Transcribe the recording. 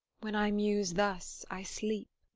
when i muse thus, i sleep.